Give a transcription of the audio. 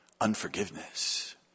unforgiveness